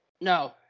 No